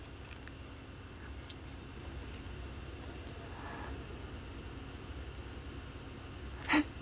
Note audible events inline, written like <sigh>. <laughs>